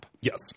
yes